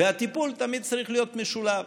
והטיפול תמיד צריך להיות משולב.